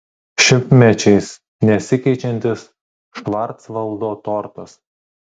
šimtmečiais nesikeičiantis švarcvaldo tortas